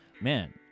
Man